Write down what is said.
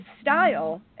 style